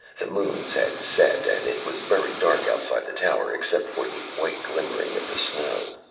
the moons had set and it was very dark outside the tower, except for the white glimmering of the snow.